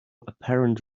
apparent